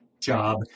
job